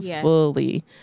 fully